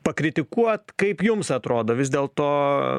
pakritikuot kaip jums atrodo vis dėl to